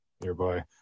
nearby